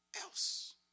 else